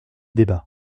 débat